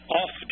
off